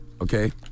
Okay